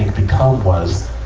become was,